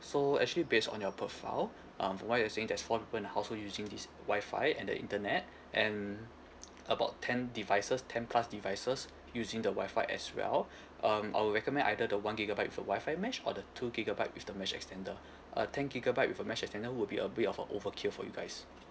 so actually based on your profile um from what you're saying that's four people in the household using this Wi-Fi and the internet and about ten devices ten plus devices using the Wi-Fi as well um I'll recommend either the one gigabyte with a Wi-Fi mesh or the two gigabyte with the mesh extender uh ten gigabyte with a mesh extender would be a bit of a overkill for you guys